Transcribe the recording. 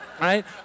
right